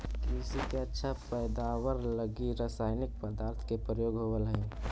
कृषि के अच्छा पैदावार लगी रसायनिक पदार्थ के प्रयोग होवऽ हई